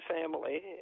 family